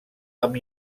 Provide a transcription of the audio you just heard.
amb